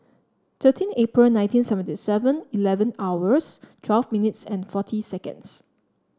thirteen April nineteen seventy Seven Eleven hours twelve minutes and forty seconds